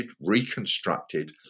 reconstructed